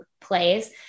plays